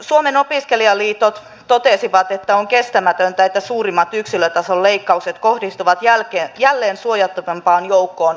suomen opiskelijaliitot totesivat että on kestämätöntä että suurimmat yksilötason leikkaukset kohdistuvat jälleen suojattomampaan joukkoon opiskelijoihin